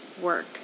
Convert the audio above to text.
work